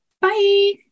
Bye